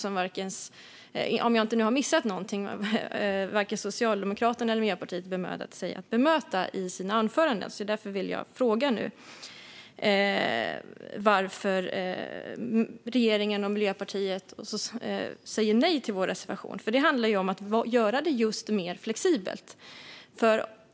Om jag nu inte har missat någonting har varken Socialdemokraterna eller Miljöpartiet bemödat sig att bemöta den i sina anföranden. Därför vill jag nu fråga varför regeringen och Miljöpartiet säger nej till vår reservation. Det handlar om att göra det mer flexibelt.